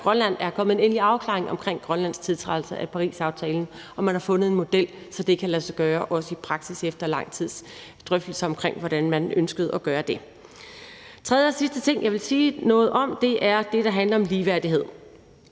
Grønland er kommet en endelig afklaring omkring Grønlands tiltrædelse af Parisaftalen, og at man har fundet en model, så det også i praksis kan lade sig gøre, efter lang tids drøftelser omkring, hvordan man ønskede at gøre det. Tredje og sidste ting, jeg vil sige noget om, er det, der handler om ligeværdighed.